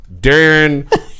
Darren